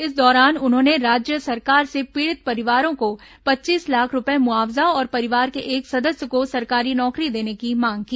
इस दौरान उन्होंने राज्य सरकार से पीड़ित परिवारों को पच्चीस लाख रूपये मुआवजा और परिवार के एक सदस्य को सरकारी नौकरी देने की मांग की